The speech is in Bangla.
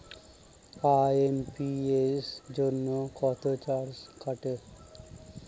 আই.এম.পি.এস জন্য কত চার্জ কাটে?